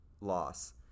loss